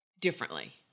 differently